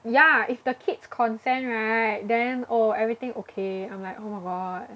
ya if the kids consent right then oh everything okay I'm like oh my god